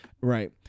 Right